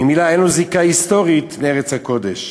וממילא אין לו זיקה היסטורית לארץ הקודש.